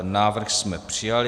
Návrh jsme přijali.